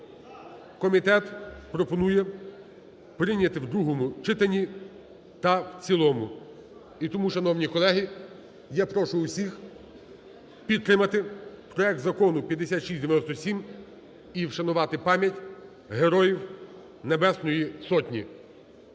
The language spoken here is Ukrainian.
Комітет пропонує прийняти в другому читанні та в цілому. І тому, шановні колеги, я прошу всіх підтримати проект Закону 5697 і вшанувати пам'ять Героїв Небесної Сотні.